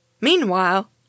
Meanwhile